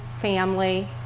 family